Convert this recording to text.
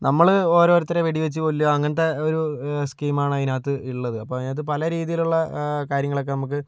നമ്മൾ ഓരോരുത്തരെ വെടി വച്ച് കൊല്ലുക അങ്ങനത്തെ ഒരു സ്കീമാണ് അതിനകത്ത് ഉള്ളത് അപ്പോൾ അതിനകത്ത് പല രീതിയിലുള്ള കാര്യങ്ങളൊക്കെ നമുക്ക്